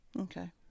Okay